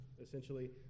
Essentially